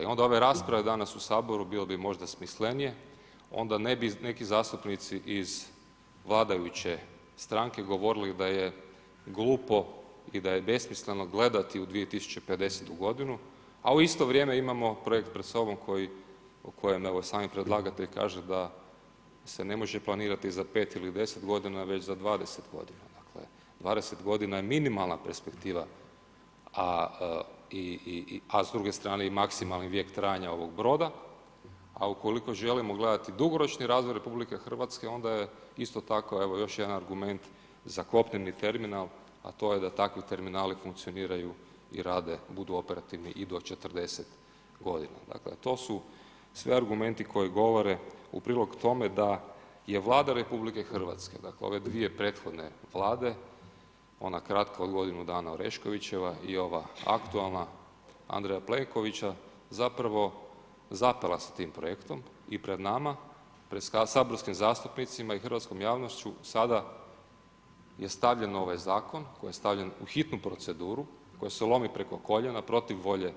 I onda ove rasprave danas u Saboru bile bi možda smislenije, onda ne bi neki zastupnici iz vladajuće stranke govorili da je glupo i da je besmisleno gledati u 2050. g., a u isto vrijeme imamo projekt pred sobom o kojem sami predlagatelj kaže da se ne može planirati za 5 ili 10 g., već za 20 g. Dakle, 20 g. je minimalna perspektiva a s druge strane i maksimalni vijek trajanja ovog broda a ukoliko želimo gledati dugoročni razvoj RH, onda je isto tako isto tako evo još jedan argument za kopneni terminal a to je da takvi terminali funkcioniraju i rade, budu operativni i do 40 g. Dakle, to su se sve argumenti koji govore u prilog tome da je Vlada RH, dakle ove dvije prethodne Vlade, ona kratka od godinu dana Oreškovićeva i ova aktualna Andreja Plenkovića, zapravo zapela sa tim projektom i pred nama, pred saborskim zastupnicima i hrvatskom javnošću sada je stavljen ovaj zakon koji je stavljen u hitnu proceduru, koji se lomi preko koljena, protiv volje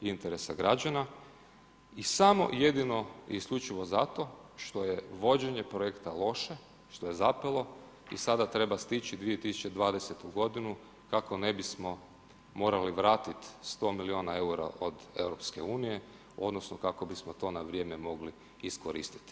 i interesa građana i samo jedino i isključivo zato što je vođenje projekta loše, što je zapelo i sada treba stići 2020. g. kako ne bismo morali vratiti 100 000 milijuna eura od EU-a odnosno kako bismo to na vrijeme mogli iskoristiti.